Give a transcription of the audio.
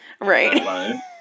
Right